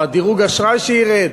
דירוג האשראי שירד.